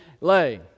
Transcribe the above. lay